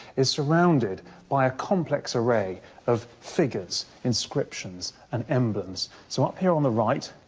is surrounded by a complex array of figures, inscriptions and emblems. so, up here on the right,